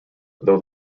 though